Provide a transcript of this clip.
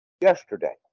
yesterday